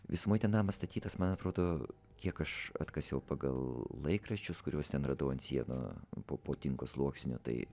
visuomoj ten namas statytas man atrodo kiek aš atkasiau pagal laikraščius kuriuos ten radau ant sienų po po tinko sluoksniu tai